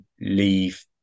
Leave